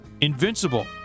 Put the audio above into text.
invincible